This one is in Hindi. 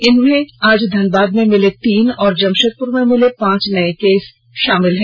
इनमें आज धनबाद में मिले तीन और जमषेदपुर में मिले पांच नये केस भी शामिल हैं